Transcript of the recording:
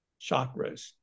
chakras